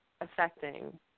affecting